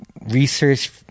research